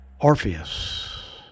Orpheus